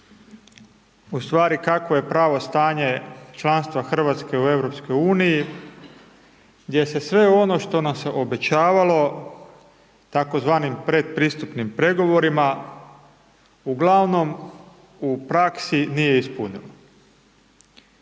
u stvari kakvo je pravo stanje članstva Hrvatske u EU gdje se sve ono što nam se obećavalo tzv. predpristupnim pregovorima uglavnom u praksi nije ispunilo.